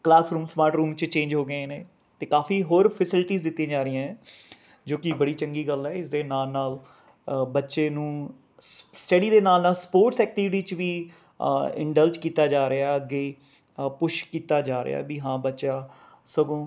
classroom smart room 'ਚ change ਹੋ ਗਏ ਨੇ ਅਤੇ ਕਾਫੀ ਹੋਰ ਫੈਸਿਲਟੀਸ ਦਿੱਤੀਆਂ ਜਾ ਰਹੀਆਂ ਜੋ ਕਿ ਬੜੀ ਚੰਗੀ ਗੱਲ ਹੈ ਇਸ ਦੇ ਨਾਲ ਨਾਲ ਬੱਚੇ ਨੂੰ ਸ ਸਟੱਡੀ ਦੇ ਨਾਲ ਨਾਲ ਸਪੋਰਟਸ ਐਕਟੀਵਿਟਿਸ 'ਚ ਵੀ ਇੰਨਡਲਜ਼ ਕੀਤਾ ਜਾ ਰਿਹਾ ਅੱਗੇ ਪੁਸ਼ ਕੀਤਾ ਜਾ ਰਿਹਾ ਵੀ ਹਾਂ ਬੱਚਾ ਸਗੋਂ